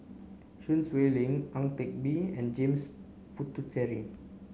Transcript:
Sun Xueling Ang Teck Bee and James Puthucheary